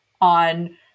on